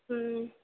ம்